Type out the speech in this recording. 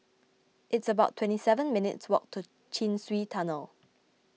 it's about twenty seven minutes' walk to Chin Swee Tunnel